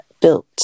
built